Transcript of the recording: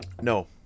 No